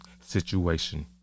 situation